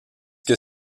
que